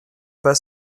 pas